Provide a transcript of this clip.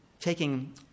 taking